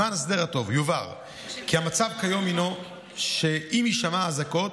למען הסדר הטוב יובהר כי המצב כיום הוא שעם הישמע אזעקות,